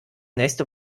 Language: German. nächste